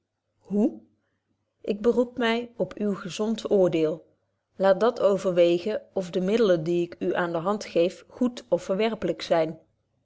hoe ik beroep my op uw gezond oordeel laat dat overwegen of de middelen die ik u aan de hand geef goed of verwerpelyk zyn